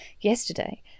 yesterday